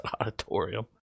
auditorium